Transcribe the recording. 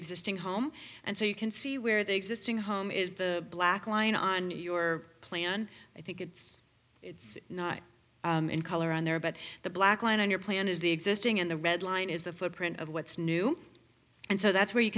existing home and so you can see where the existing home is the black line on your plan i think it's not in color on there but the black line in your plan is the existing and the red line is the footprint of what's new and so that's where you